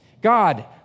God